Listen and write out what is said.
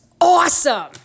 awesome